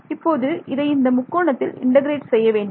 இப்போது இதை இந்த முக்கோணத்தில் இன்டெகிரேட் செய்ய வேண்டும்